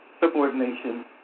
subordination